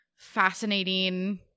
Fascinating